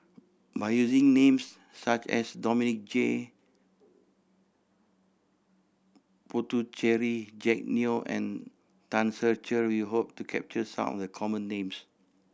by using names such as Dominic J Puthucheary Jack Neo and Tan Ser Cher we hope to capture some of the common names